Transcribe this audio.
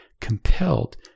compelled